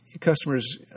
Customers